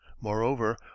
Moreover